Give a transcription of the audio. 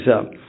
up